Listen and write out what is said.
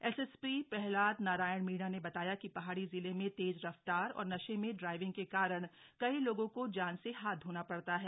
SSP Prahlad Narayan Meena ने बताया कि पहाड़ी जिले में तेज रफ्तार और नशे में ड्राईविंग के कारण कई लोगों को जान से हाथ धोना पड़ता है